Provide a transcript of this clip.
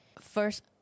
first